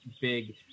big